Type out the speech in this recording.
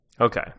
Okay